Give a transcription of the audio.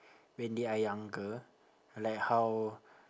when they are younger like how